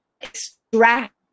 extract